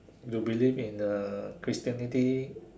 you believe in uh Christianity